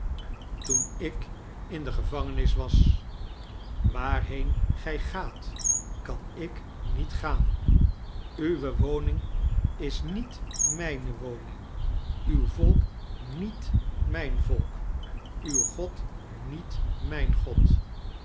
toen ik in de gevangenis was waarheen gij ga kan ik niet gaan uwe woning is niet mijne woning tot vblk niet mijn volk uw god niet mijn god